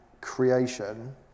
creation